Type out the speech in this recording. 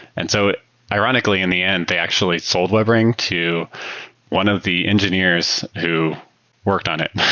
and so ironically, in the end, they actually sold webring to one of the engineers who worked on it